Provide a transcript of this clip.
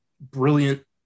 brilliant